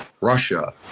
Russia